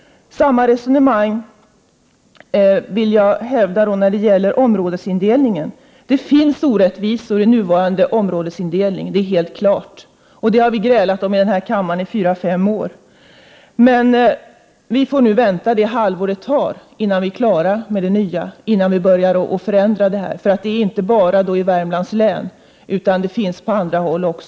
Samma resonemang vill jag hävda när det gäller områdesindelningen. Det finns orättvisor i nuvarande områdesindelning — det är helt klart. Vi har grälat om det i den här kammaren i fyra fem år. Vi får vänta det halvår som det tar innan vi är klara med det nya och kan börja göra förändringar. Det är inte bara Värmlands län det gäller — orättvisor finns på andra håll också.